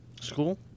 School